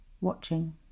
Watching